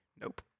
Nope